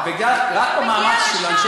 זה יגיע